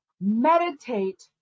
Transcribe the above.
Meditate